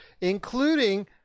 including